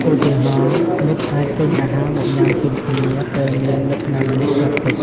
ឧទាហរណ៍ មិត្តអាចទិញអាហារមកញុាំជុំគ្នាពេលមានមិត្តណាម្នាក់កើតទុក្ខ។